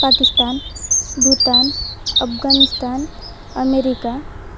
Pakistan Bhutan Afghanistan America